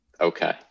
Okay